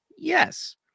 Yes